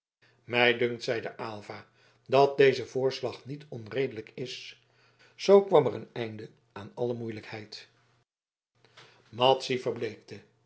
mij dunkt zeide aylva dat deze voorslag niet onredelijk is zoo kwam er een einde aan alle moeilijkheid madzy verbleekte